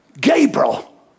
Gabriel